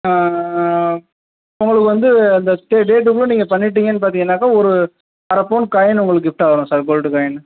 உங்களுக்கு வந்து அந்த தே டேட்டுக்குள்ள நீங்கள் பண்ணிட்டீங்கன்னு பார்த்தீங்கன்னாக்கா ஒரு அரை பவுன் காயின்னு உங்களுக்கு கிஃப்ட்டாக வரும் சார் கோல்டு காயின்னு